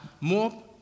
more